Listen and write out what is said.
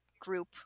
group